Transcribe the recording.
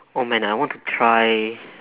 oh man I want to try